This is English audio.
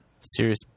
serious